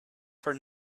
heard